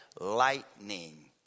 lightning